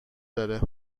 داره